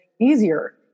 easier